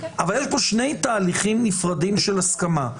אבל יש פה שני תהליכים נפרדים של הסכמה.